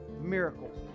Miracles